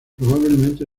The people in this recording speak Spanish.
probablemente